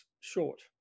short